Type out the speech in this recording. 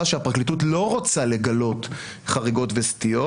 שהפרקליטות לא רוצה לגלות חריגות וסטיות,